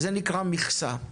וזה נקרא מכסה.